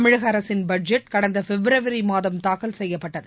தமிழக அரசின் பட்ஜெட் கடந்த பிப்ரவரி மாதம் தாக்கல் செய்யப்பட்டது